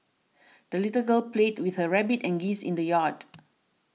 the little girl played with her rabbit and geese in the yard